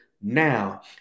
now